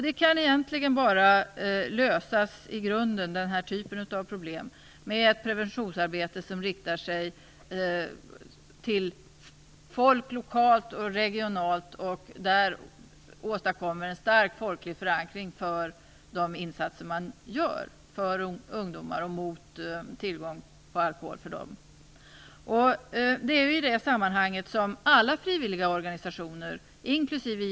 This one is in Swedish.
Den här typen av problem kan egentligen bara i grunden lösas med ett preventionsarbete som riktar sig till folk lokalt och regionalt, så att man där åstadkommer en stark folklig förankring för de insatser som görs för ungdomar och mot tillgång på alkohol till dem. Det är i detta sammanhang som alla frivilliga organisationer, inkl.